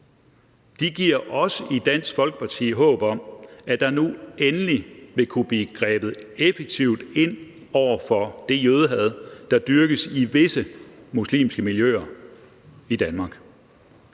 De giver os i Dansk Folkeparti håb om, at der nu endelig vil kunne blive grebet effektivt ind over for det jødehad, der dyrkes i visse muslimske miljøer i Danmark.